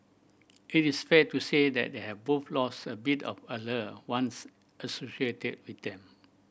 it is fair to say that they have both lost a bit of allure once associated with them